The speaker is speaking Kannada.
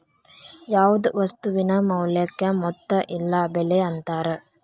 ಯಾವ್ದ್ ವಸ್ತುವಿನ ಮೌಲ್ಯಕ್ಕ ಮೊತ್ತ ಇಲ್ಲ ಬೆಲೆ ಅಂತಾರ